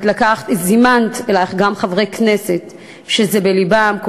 את זימנת אלייך גם חברי כנסת שזה בלבם,